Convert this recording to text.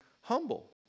humble